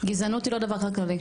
גזענות היא לא דבר כלכלי.